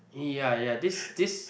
ya yeah this this